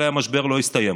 הרי המשבר לא יסתיים,